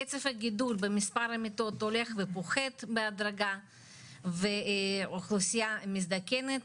קצב הגידול במספר המיטות הולך ופוחת בהדרגה ואוכלוסיה מזדקנת